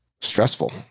stressful